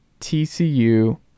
TCU